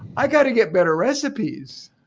i got to get better recipes.